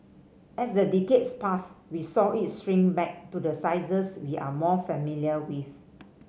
as the decades passed we saw it shrink back to the sizes we are more familiar with